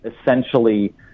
essentially